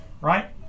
right